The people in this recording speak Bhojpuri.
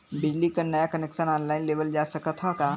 बिजली क नया कनेक्शन ऑनलाइन लेवल जा सकत ह का?